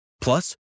Plus